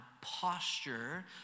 posture